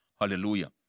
Hallelujah